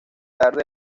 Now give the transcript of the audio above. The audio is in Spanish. tarde